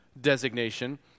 designation